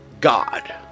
God